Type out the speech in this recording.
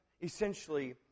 essentially